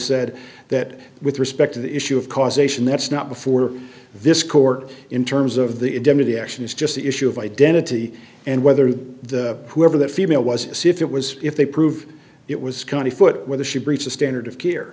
said that with respect to the issue of causation that's not before this court in terms of the indemnity action is just the issue of identity and whether the whoever that female was see if it was if they prove it was county foot whether she breached the standard of care